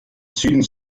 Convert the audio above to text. süden